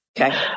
Okay